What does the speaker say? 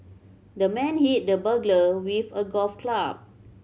the man hit the burglar with a golf club